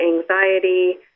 anxiety